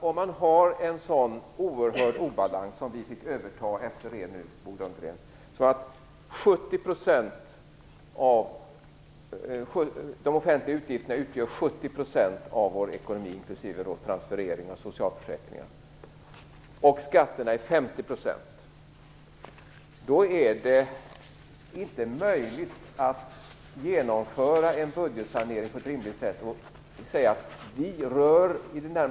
Om man har en så oerhörd obalans som vi fick överta efter er, Bo Lundgren, och som innebär att de offentliga utgifterna utgör 70 % av vår ekonomi inklusive transfereringar och socialförsäkringarna och skatterna är 50 %, då är det inte möjligt att genomföra en budgetsanering på ett rimligt sätt utan att röra vid någonting i skattesystemet.